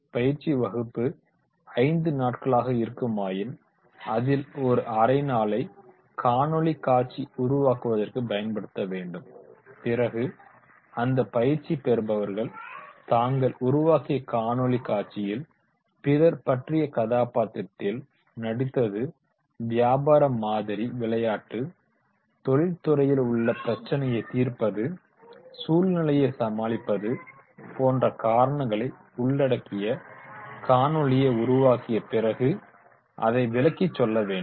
பயிற்சி வகுப்பு 5 நாட்களாக இருக்குமாயின் அதில் ஒரு அரை நாளை காணொளி காட்சி உருவாக்குவதற்கு பயன்படுத்த வேண்டும் பிறகு அந்த பயிற்சி பெறுபவர்கள் தாங்கள் உருவாக்கிய காணொளி காட்சியில் பிறர் பற்றிய கதாபாத்திரத்தில் நடித்தது வியாபார மாதிரி விளையாட்டு தொழில்துறையில் உள்ள பிரச்சினையைத் தீர்ப்பது சூழ்நிலையை சமாளிப்பது போன்ற காரணங்களை உள்ளடக்கிய காணொளியை உருவாக்கிய பிறகு அதை விளக்கி சொல்ல வேண்டும்